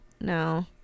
No